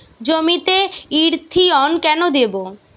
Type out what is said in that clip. জমিতে ইরথিয়ন কেন দেবো?